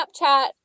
Snapchat